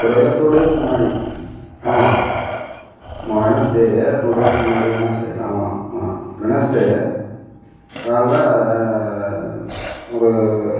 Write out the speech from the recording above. ஒரு டூ டேஸ்க்கு முன்னாடி ஆமாம் ஆமாம் வெட்னஸ்டே டூ டேஸ் முன்னாடி வெட்னஸ்டேஸ் ஆமாம் ஆமாம் வெட்னஸ்டே காலைல ஒரு